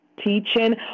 teaching